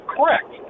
Correct